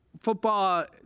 football